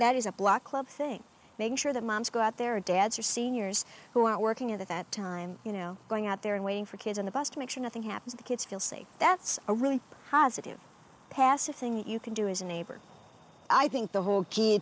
that is a block club thing making sure that moms go out there dads are seniors who are working at that time you know going out there and waiting for kids on the bus to make sure nothing happens the kids feel safe that's a really positive passive thing you can do is a neighbor i think the whole key